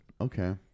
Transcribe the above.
Okay